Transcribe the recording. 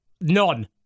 none